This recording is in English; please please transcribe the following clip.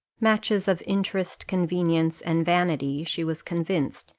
matches of interest, convenience, and vanity, she was convinced,